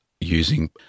using